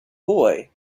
boy